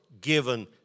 given